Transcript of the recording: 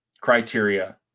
criteria